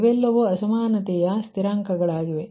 ಇವೆಲ್ಲವೂ ಅಸಮಾನತೆಯ ಸ್ಥಿರಾಂಕ ಗಳಾಗಿವೆ